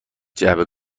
جعبه